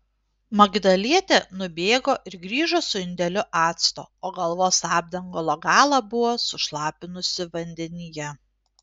magdalietė nubėgo ir grįžo su indeliu acto o galvos apdangalo galą buvo sušlapinusi vandenyje